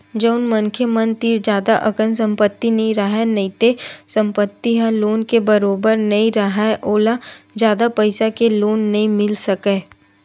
जउन मनखे मन तीर जादा अकन संपत्ति नइ राहय नइते संपत्ति ह लोन के बरोबर नइ राहय ओला जादा पइसा के लोन नइ मिल सकय